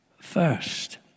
first